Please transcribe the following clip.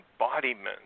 embodiment